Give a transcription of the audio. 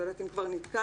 לא יודעת אם כבר נתקלתם,